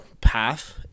path